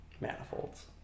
Manifolds